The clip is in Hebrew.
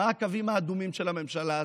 מה הקווים האדומים של הממשלה הזאת?